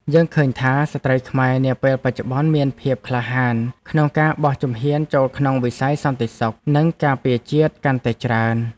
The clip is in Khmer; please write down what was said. យើងឃើញថា ស្ត្រីខ្មែរនាពេលបច្ចុប្បន្នមានភាពក្លាហានក្នុងការបោះជំហានចូលក្នុងវិស័យសន្តិសុខ និងការពារជាតិកាន់តែច្រើន។